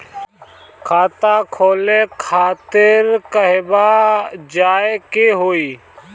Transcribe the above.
खाता खोले खातिर कहवा जाए के होइ?